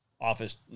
office